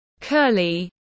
curly